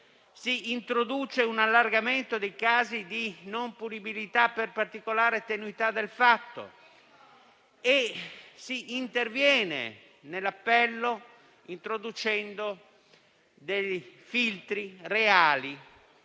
Si introduce un allargamento dei casi di non punibilità per particolare tenuità del fatto. E si interviene nell'appello, introducendo dei filtri reali